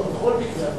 לא בכל מקרה,